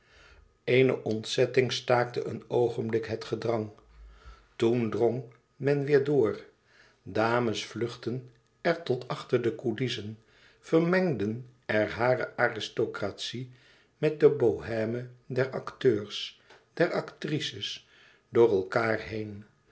eene ontzetting staakte een oogenblik het gedrang toen drong men weêr door dames vluchtten er tot achter de coulissen vermengden er hare aristocratie met de bohême der akteurs der actrices door elkâar heen